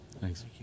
Thanks